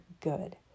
good